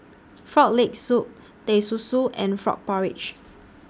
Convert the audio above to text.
Frog Leg Soup Teh Susu and Frog Porridge